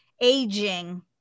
aging